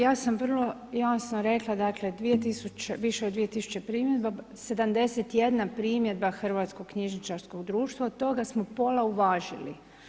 Ja sam vrlo jasno rekla, dakle više od 2000 primjedaba, 71 primjedba Hrvatskog knjižničarskog društva, od toga smo pola uvažili.